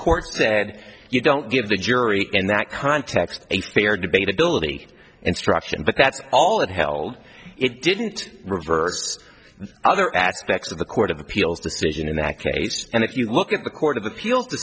court said you don't give the jury in that context a fair debate ability instruction but that's all it held it didn't reverse other aspects of the court of appeals decision in that case and if you look at the court of appeal